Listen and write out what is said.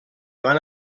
van